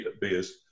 beers